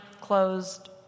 closed